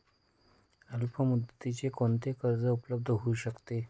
अल्पमुदतीचे कोणते कर्ज उपलब्ध होऊ शकते?